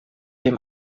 dem